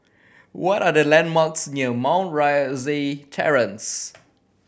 what are the landmarks near Mount Rosie Terrace